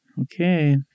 Okay